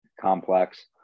complex